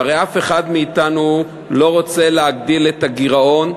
והרי אף אחד מאתנו אינו רוצה להגדיל את הגירעון,